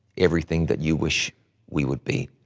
everything that you wish we would be.